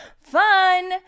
Fun